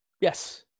Yes